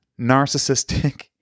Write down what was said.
narcissistic